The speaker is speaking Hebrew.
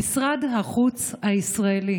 במשרד החוץ הישראלי